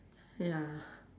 ya